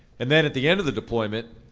and then at the end of the deployment,